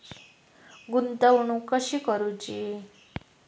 गुंतवणूक कशी करूची?